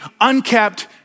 unkept